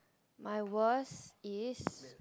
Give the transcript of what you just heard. my worst is